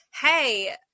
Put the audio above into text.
Hey